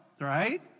right